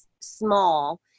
small